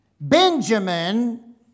Benjamin